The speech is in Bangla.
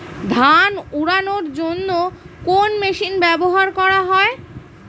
ধান উড়ানোর জন্য কোন মেশিন ব্যবহার করা হয়?